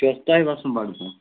یہِ چھُ حظ تۄہہِ وَسُن بَڈگوم